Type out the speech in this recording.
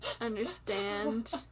understand